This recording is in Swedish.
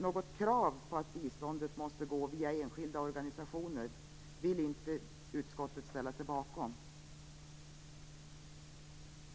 Något krav på att biståndet måste gå via enskilda organisationer vill utskottet inte ställa sig bakom.